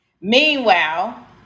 meanwhile